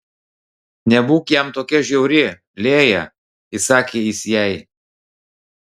nebūk jam tokia žiauri lėja įsakė jis jai